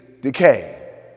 decay